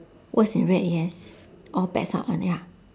words in red yes all bets are on ya